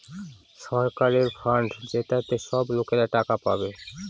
সরকারের ফান্ড যেটাতে সব লোকরা টাকা পাবে